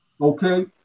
Okay